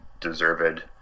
deserved